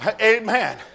Amen